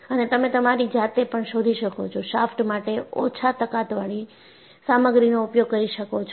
અને તમે તમારી જાતે પણ શોધી શકો છો શાફ્ટ માટે ઓછા તાકતવાળી સામગ્રીનો ઉપયોગ કરી શકો છો